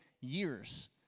years